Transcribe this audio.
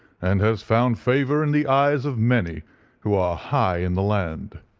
and has found favour in the eyes of many who are high in the land.